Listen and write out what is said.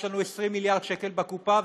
יש לנו 20 מיליארד שקל בקופה,